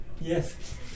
Yes